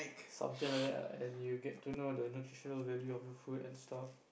something like that ah and then you get to know the nutritional value of your food and stuff